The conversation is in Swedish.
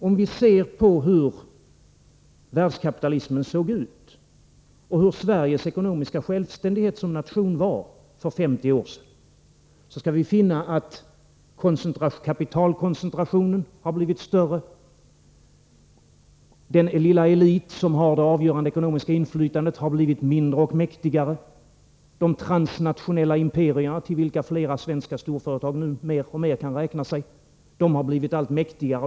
Om vi gör en jämförelse med läget beträffande världskapitalismen och Sveriges ekonomiska självständighet som nation för 50 år sedan, skall vi finna att kapitalkoncentrationen har blivit större, att den lilla elit som har det avgörande ekonomiska inflytandet har blivit mindre och mäktigare, att de transnationella imperierna, till vilka flera svenska storföretag nu mer och mer kan räkna sig, har blivit allt mäktigare.